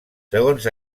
segons